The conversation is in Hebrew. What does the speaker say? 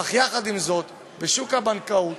אך יחד עם זאת, בשוק הבנקאות,